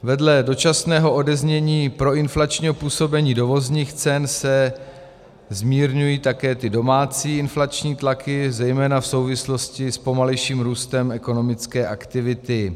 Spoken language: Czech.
Vedle dočasného odeznění proinflačního působení dovozních cen se zmírňují také domácí inflační tlaky, zejména v souvislosti s pomalejším růstem ekonomické aktivity.